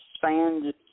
fans